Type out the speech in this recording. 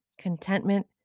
contentment